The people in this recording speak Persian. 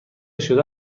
شده